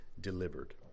delivered